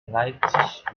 leipzig